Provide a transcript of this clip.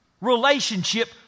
relationship